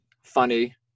funny